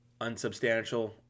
unsubstantial